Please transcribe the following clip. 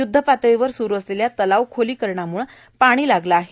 युध्दपातळीवर सुरू असलेल्या तलाव खोलीकरणामुळे पाणी लागले आहे